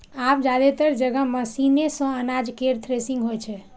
आब जादेतर जगह मशीने सं अनाज केर थ्रेसिंग होइ छै